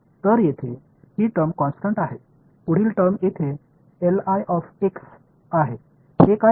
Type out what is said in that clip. तर येथे ही टर्म कॉन्स्टन्ट आहे पुढील टर्म येथे आहे हे काय आहे